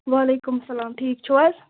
وعلیکُم اسَلام ٹھیٖک چھِو حظ